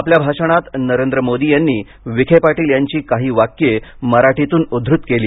आपल्या भाषणात नरेंद्र मोदी यांनी विखे पाटील यांची काही वाक्ये मराठीतून उद्धुत केली